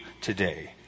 today